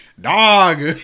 dog